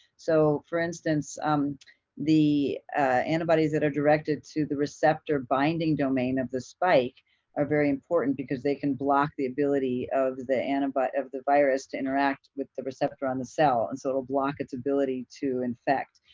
so for instance um the antibodies that are directed to the receptor-binding domain of the spike are very important because they can block the ability of the and but of the virus to interact with the receptor on the cell, and so it'll block its ability to infect,